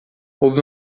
houve